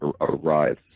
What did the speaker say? arrives